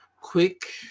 quick